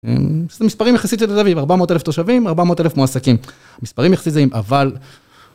מספרים יחסית של תל אביב, 400,000 תושבים, 400,000 מועסקים, מספרים יחסית זהים, אבל...